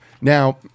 Now